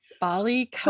bali